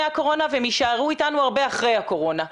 הקורונה והם יישארו איתנו אחרי הקורונה.